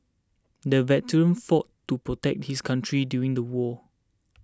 the veteran fought to protect his country during the war